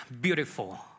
Beautiful